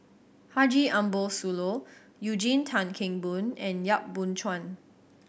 Haji Ambo Sooloh Eugene Tan Kheng Boon and Yap Boon Chuan